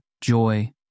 joy